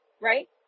right